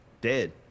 dead